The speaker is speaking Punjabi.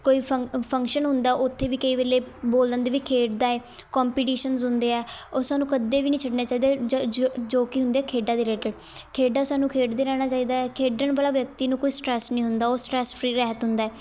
ਕੋਈ ਫੰਕ ਫੰਕਸ਼ਨ ਹੁੰਦਾ ਉੱਥੇ ਵੀ ਕਈ ਵੇਲੇ ਬੋਲ ਦਿੰਦੇ ਵੀ ਖੇਡਦਾ ਏ ਕੋਂਪੀਟੀਸ਼ਨਜ਼ ਹੁੰਦੇ ਹੈ ਉਹ ਸਾਨੂੰ ਕਦੇ ਵੀ ਨਹੀਂ ਛੱਡਣੇ ਚਾਹੀਦੇ ਜੋ ਕਿ ਹੁੰਦੇ ਖੇਡਾਂ ਦੇ ਰਿਲੇਟਡ ਖੇਡਾਂ ਸਾਨੂੰ ਖੇਡਦੇ ਰਹਿਣਾ ਚਾਹੀਦਾ ਹੈ ਖੇਡਣ ਵਾਲਾ ਵਿਅਕਤੀ ਨੂੰ ਕੋਈ ਸਟਰੈੱਸ ਨਹੀਂ ਹੁੰਦਾ ਉਹ ਸਟਰੈੱਸ ਫਰੀ ਰਹਿਤ ਹੁੰਦਾ ਹੈ